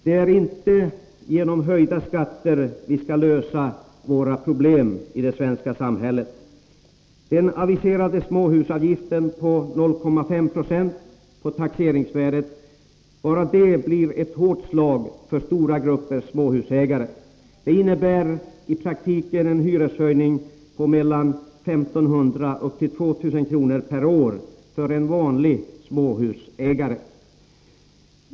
Det är inte genom höjda 20 oktober 1983 skatter vi skall lösa våra problem i det svenska samhället. Den aviserade småhusavgiften på 0,5 20 av taxeringsvärdet blir redan den ett hårt slag för stora grupper småhusägare. Det innebär i praktiken en hyreshöjning på mellan 1 500 och 2 000 kr. per år för en vanlig småhusägare.